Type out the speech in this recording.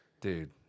Dude